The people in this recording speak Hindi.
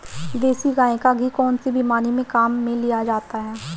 देसी गाय का घी कौनसी बीमारी में काम में लिया जाता है?